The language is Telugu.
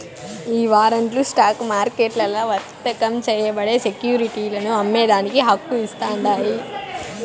ఈ వారంట్లు స్టాక్ మార్కెట్లల్ల వర్తకం చేయబడే సెక్యురిటీలను అమ్మేదానికి హక్కు ఇస్తాండాయి